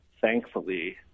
thankfully